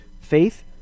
Faith